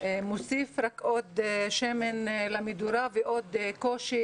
מוסיף רק עוד שמן למדורה ועוד קושי